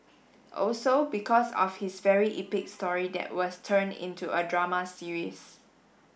also because of his very epic story that was turned into a drama series